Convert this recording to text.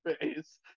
face